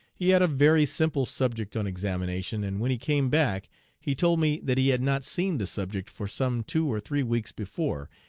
he had a very simple subject on examination, and when he came back he told me that he had not seen the subject for some two or three weeks before,